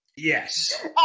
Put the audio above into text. Yes